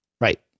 Right